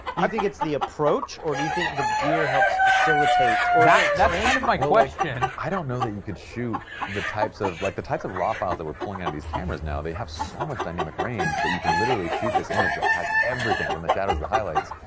i think it's the approach or do you think the gear helps facilitate alright. that's kind of my question. i don't know that you could shoot the types of, like the types of raw files that we're pulling out of these cameras now, they have so much dynamic range that you can literally shoot this image that has everything from the shadows to the highlights,